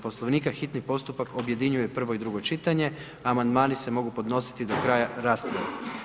Poslovnika hitni postupak objedinjuje prvo i drugo čitanje, a amandmani se mogu podnositi do kraja rasprave.